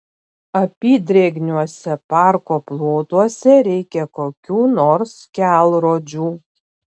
apydrėgniuose parko plotuose reikia kokių nors kelrodžių